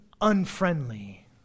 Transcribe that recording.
unfriendly